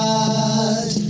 God